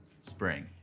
Spring